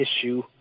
issue